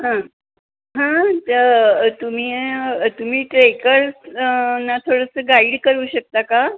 हां हां तुम्ही तुम्ही ट्रेकर्स ना थोडंसं गाईड करू शकता का